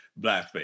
blackface